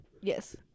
Yes